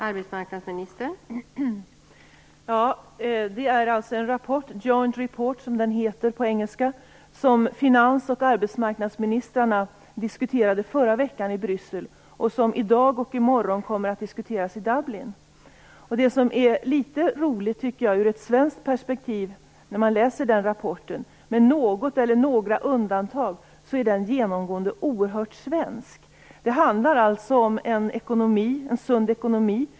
Fru talman! Det är alltså en rapport - Joint Report, som det heter på engelska - som finans och arbetsmarknadsministrarna diskuterade förra veckan i Bryssel och som i dag och i morgon kommer att diskuteras i Dublin. Det som är litet roligt ur ett svenskt perspektiv är att den, med något eller några undantag, genomgående är oerhört svensk. Den handlar alltså om en sund ekonomi.